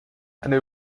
eine